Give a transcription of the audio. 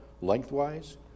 lengthwise